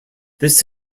this